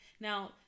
Now